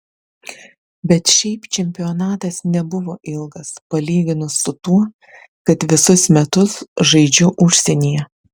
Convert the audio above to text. bet šiaip čempionatas nebuvo ilgas palyginus su tuo kad visus metus žaidžiu užsienyje